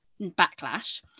backlash